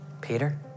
Peter